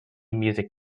music